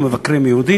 המבקרים יהודים,